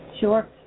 Sure